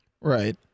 Right